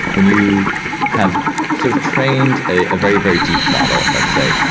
when you have sort of trained a very, very deep model let's say,